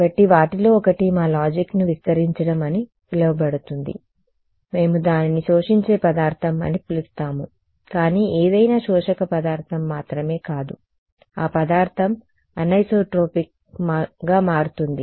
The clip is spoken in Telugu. కాబట్టి వాటిలో ఒకటి మా లాజిక్ను విస్తరించడం అని పిలవబడుతుంది మేము దానిని శోషించే పదార్థం అని పిలుస్తాము కానీ ఏదైనా శోషక పదార్థం మాత్రమే కాదు ఆ పదార్థం అనిసోట్రోపిక్గా మారుతుంది